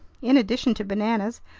in addition to bananas,